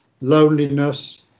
loneliness